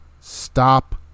stop